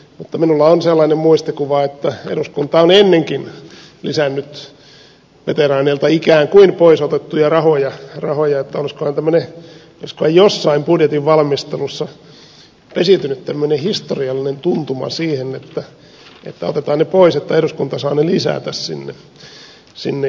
mutta minulla on sellainen muistikuva että eduskunta on ennenkin lisännyt veteraaneilta ikään kuin pois otettuja rahoja niin että olisikohan jossain budjetin valmistelussa pesiytynyt tämmöinen historiallinen tuntuma siihen että otetaan ne pois jotta eduskunta saa ne lisätä sinne